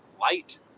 Light